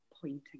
pointing